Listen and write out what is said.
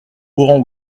orangs